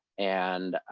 and,